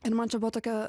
ir man čia buvo tokia